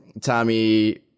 Tommy